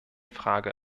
frage